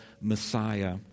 Messiah